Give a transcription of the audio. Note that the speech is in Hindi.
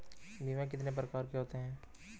बीमा कितने प्रकार के होते हैं?